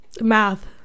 Math